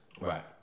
Right